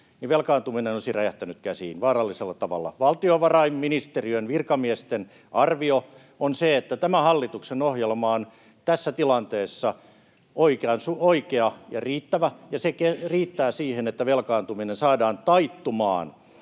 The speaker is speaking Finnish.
velkaantuminen räjähtäisi käsiin vaarallisella tavalla. Valtiovarainministeriön virkamiesten arvio on se, että tämä hallituksen ohjelma on tässä tilanteessa oikea ja riittävä. Se riittää siihen, että velkaantuminen saadaan taittumaan.